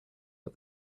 but